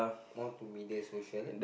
more to media social